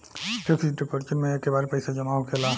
fix deposit मे एके बार पैसा जामा होखेला